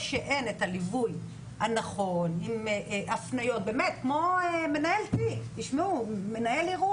כשאין ליווי נכון עם הפניות, כמו מנהל אירוע,